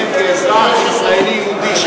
כאזרח ישראלי יהודי,